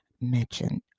mention